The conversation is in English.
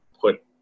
put